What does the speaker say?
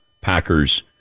Packers